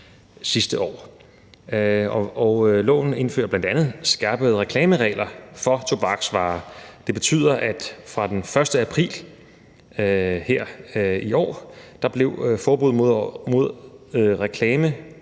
sidste år. Loven indførte bl.a. skærpede reklameregler for tobaksvarer. Det betyder, at fra den 1. april her i år kom forbuddet mod reklame